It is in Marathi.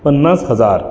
पन्नास हजार